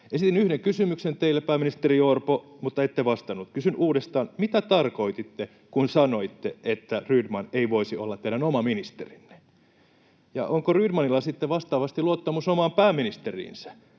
Esitin yhden kysymyksen teille, pääministeri Orpo, mutta ette vastannut. Kysyn uudestaan. Mitä tarkoititte, kun sanoitte, että Rydman ei voisi olla teidän oma ministerinne? Ja onko Rydmanilla sitten vastaavasti luottamus omaan pääministeriinsä?